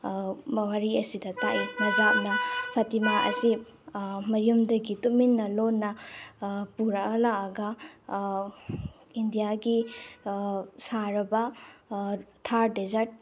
ꯋꯥꯔꯤ ꯑꯁꯤꯗ ꯇꯥꯛꯏ ꯅꯖꯥꯞꯅ ꯐꯇꯤꯃꯥ ꯑꯁꯤ ꯃꯌꯨꯝꯗꯒꯤ ꯇꯨꯃꯤꯟꯅ ꯂꯣꯟꯅ ꯄꯨꯔꯛꯑ ꯂꯥꯛꯑꯒ ꯏꯟꯗꯤꯌꯥꯒꯤ ꯁꯥꯔꯕ ꯊꯥꯔ ꯗꯦꯖꯥꯔꯠ